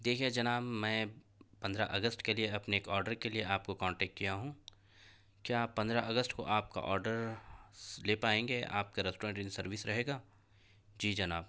دیکھیے جناب میں پندرہ اگست کے لیے اپنے ایک آڈر کے لیے آپ کو کانٹیکٹ کیا ہوں کیا پندرہ اگست کو آپ کا آڈرس لے پائیں گے آپ کا ریسٹورنٹ ان سروس رہے گا جی جناب